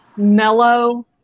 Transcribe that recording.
Mellow